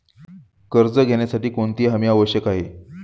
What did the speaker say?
कर्ज घेण्यासाठी कोणती हमी आवश्यक आहे?